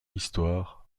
histoires